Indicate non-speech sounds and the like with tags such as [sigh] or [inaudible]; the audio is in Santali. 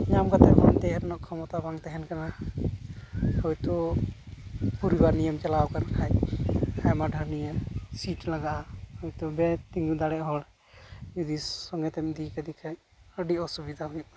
ᱧᱟᱢ ᱠᱟᱛᱮᱫ ᱦᱚᱸ ᱫᱮᱡ ᱨᱮᱱᱟᱜ ᱠᱷᱚᱢᱚᱛᱟ ᱵᱟᱝ ᱛᱟᱦᱮᱱ ᱠᱟᱱᱟ ᱦᱚᱭᱛᱳ ᱯᱚᱨᱤᱵᱟᱨ ᱱᱤᱭᱟᱹᱢ ᱪᱟᱞᱟᱣᱠᱟᱱ ᱠᱷᱟᱱ [unintelligible] ᱱᱤᱭᱟᱹ ᱥᱤᱴ ᱞᱟᱜᱟᱜᱼᱟ ᱦᱚᱭᱛᱚ [unintelligible] ᱛᱤᱸᱜᱩ ᱫᱟᱲᱮᱜ ᱦᱚᱲ ᱡᱩᱫᱤ ᱥᱚᱸᱜᱮᱛᱮᱢ ᱤᱫᱤᱭᱠᱟᱫᱮ ᱠᱷᱟᱱ ᱟᱹᱰᱤ ᱚᱥᱩᱵᱤᱛᱟ ᱦᱩᱭᱩᱜ ᱠᱟᱱᱟ